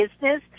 business